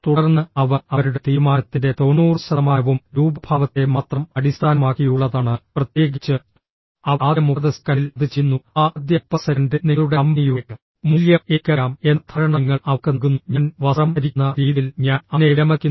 തുടർന്ന് അവർ അവരുടെ തീരുമാനത്തിന്റെ 90 ശതമാനവും രൂപഭാവത്തെ മാത്രം അടിസ്ഥാനമാക്കിയുള്ളതാണ് പ്രത്യേകിച്ച് അവർ ആദ്യ 30 സെക്കൻഡിൽ അത് ചെയ്യുന്നു ആ ആദ്യ 30 സെക്കൻഡിൽ നിങ്ങളുടെ കമ്പനിയുടെ മൂല്യം എനിക്കറിയാം എന്ന ധാരണ നിങ്ങൾ അവർക്ക് നൽകുന്നു ഞാൻ വസ്ത്രം ധരിക്കുന്ന രീതിയിൽ ഞാൻ അതിനെ വിലമതിക്കുന്നു